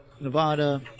Nevada